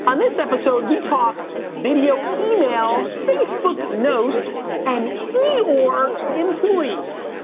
on this episode we talk video email, facebook notes and eeyore employees.